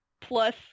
plus